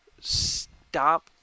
stop